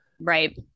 right